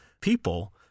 people